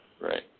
Right